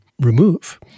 remove